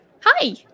Hi